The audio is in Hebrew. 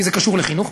כי זה קשור לחינוך,